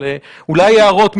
אולי הערות,